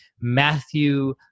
Matthew